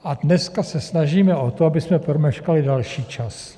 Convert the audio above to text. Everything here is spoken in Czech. A dneska se snažíme o to, abychom promeškali další čas.